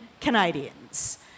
Canadians